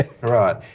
Right